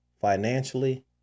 financially